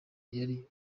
yari